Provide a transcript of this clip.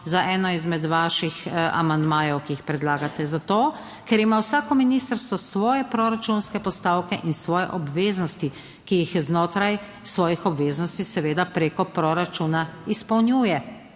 za eno izmed vaših amandmajev, ki jih predlagate, zato, ker ima vsako ministrstvo svoje proračunske postavke in svoje obveznosti, ki jih znotraj svojih obveznosti seveda preko proračuna izpolnjuje.